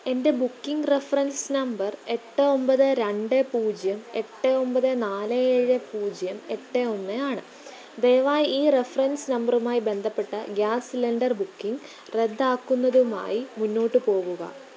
എൻ്റെ booking reference number എട്ട് ഒമ്പത് രണ്ട് പൂജ്യം എട്ട് ഒമ്പത് നാല് ഏഴ് പൂജ്യം എട്ട് ഒന്ന് ആണ് ദയവായി ഈ റഫറൻസ് നമ്പറുമായി ബന്ധപ്പെട്ട ഗ്യാസ് സിലിണ്ടർ ബുക്കിംഗ് റദ്ദാക്കുന്നതുമായി മുന്നോട്ട് പോകുക